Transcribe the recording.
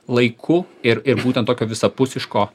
laiku ir ir būtent tokio visapusiško